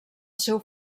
seu